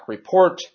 Report